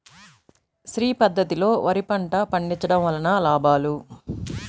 శ్రీ పద్ధతిలో వరి పంట పండించడం వలన లాభాలు?